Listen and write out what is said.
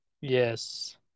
Yes